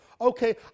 Okay